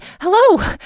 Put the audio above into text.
Hello